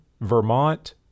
Vermont